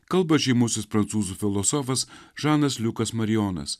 kalba žymusis prancūzų filosofas žanas liukas marijonas